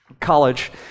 college